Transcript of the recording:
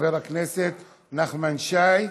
חבר הכנסת נחמן שי,